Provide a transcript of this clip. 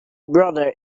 brother